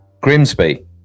Grimsby